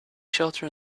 shelter